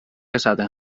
esaten